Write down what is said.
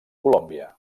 colòmbia